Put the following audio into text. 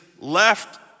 left